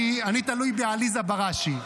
אני תלוי בעליזה בראשי.